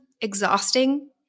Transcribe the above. exhausting